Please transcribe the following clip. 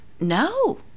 no